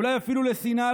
אולי אפילו לשנאה,